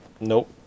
Nope